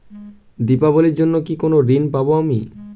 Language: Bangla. দীপাবলির জন্য কি কোনো ঋণ পাবো আমি?